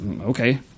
okay